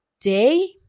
day